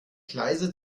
gleise